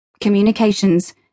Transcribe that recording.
communications